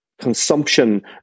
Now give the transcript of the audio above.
consumption